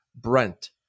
Brent